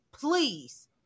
Please